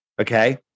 Okay